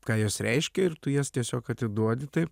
ką jos reiškia ir tu jas tiesiog atiduodi taip